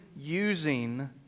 using